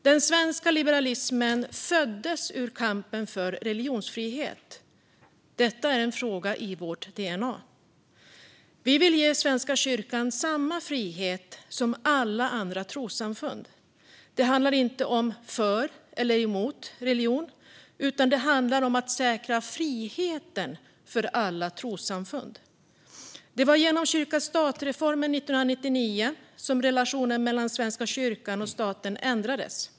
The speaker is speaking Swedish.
Den svenska liberalismen föddes ur kampen för religionsfrihet. Detta är en fråga i vårt dna. Vi vill ge Svenska kyrkan samma frihet som alla andra trossamfund har. Det handlar inte om för eller emot religion, utan det handlar om att säkra friheten för alla trossamfund. Det var genom kyrka-stat-reformen 1999 som relationen mellan Svenska kyrkan och staten ändrades.